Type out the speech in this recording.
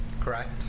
Correct